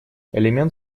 элемент